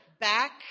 back